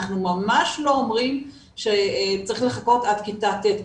אנחנו ממש לא אומרים שצריך לחכות עד כיתה ט'.